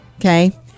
okay